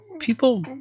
People